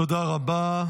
תודה רבה.